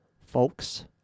folks